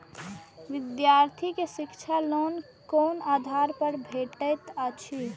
विधार्थी के शिक्षा लोन कोन आधार पर भेटेत अछि?